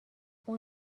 اون